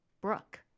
Brooke